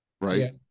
right